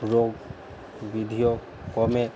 রোগ বিধিও কমে